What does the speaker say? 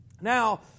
Now